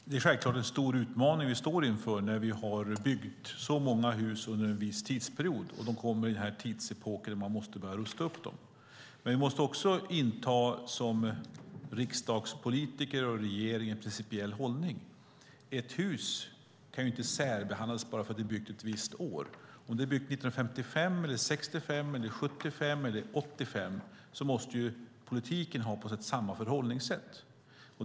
Herr talman! Det är självklart en stor utmaning vi står inför när vi har byggt så många hus under en viss tidsperiod och de kommer in i den tidsepok då man måste börja rusta upp dem. Vi måste dock som riksdagspolitiker och regering inta en principiell hållning. Ett hus kan inte särbehandlas bara för att det är byggt ett visst år. Oavsett om det är byggt 1955, 1965, 1975 eller 1985 måste politiken ha samma förhållningssätt.